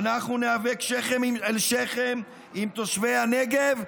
שכם אל שכם עם תושבי הנגב,